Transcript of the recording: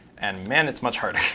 and man, it's much harder.